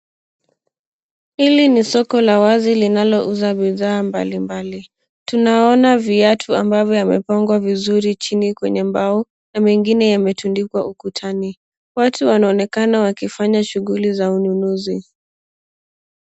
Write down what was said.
Hili ni soko la wazi linalouza bidhaa mbalimbali, tunaona viatu ambavyo yamepangwa chini vizuri kwenye mbao, na mengine yametundikwa ukutani. Watu wanaonekana wakifanya shughuli za ununuzi.